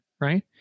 right